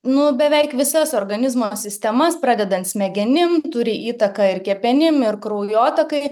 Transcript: nu beveik visas organizmo sistemas pradedant smegenim turi įtaką ir kepenim ir kraujotakai